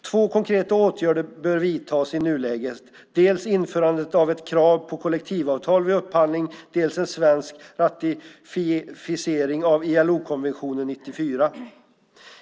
Två konkreta åtgärder bör vidtas i nuläget, dels införandet av ett krav på kollektivavtal vid upphandling, dels en svensk ratificering av ILO-konventionen 94.